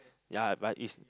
ya but is